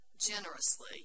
generously